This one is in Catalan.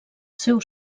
seu